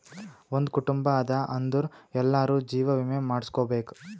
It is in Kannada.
ಒಂದ್ ಕುಟುಂಬ ಅದಾ ಅಂದುರ್ ಎಲ್ಲಾರೂ ಜೀವ ವಿಮೆ ಮಾಡುಸ್ಕೊಬೇಕ್